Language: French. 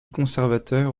conservateur